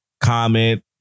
Comment